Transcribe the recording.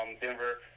Denver